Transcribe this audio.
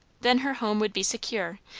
then her home would be secure,